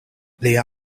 lia